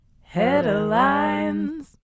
Headlines